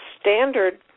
standard